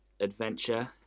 adventure